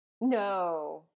No